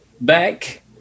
Back